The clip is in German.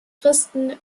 fristen